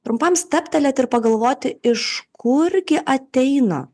trumpam stabtelėti ir pagalvoti iš kurgi ateina